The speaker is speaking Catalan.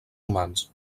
humans